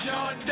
John